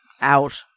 out